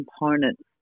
components